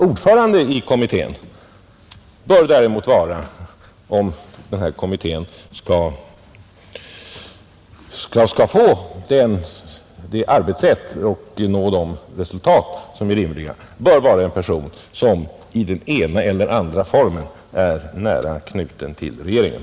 Ordförande i kommittén bör däremot, om kommittén skall få det arbetssätt och nå de resultat som är rimliga, vara en person som i den ena eller andra formen är nära knuten till regeringen.